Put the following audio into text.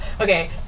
okay